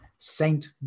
Saint